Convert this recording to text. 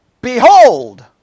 behold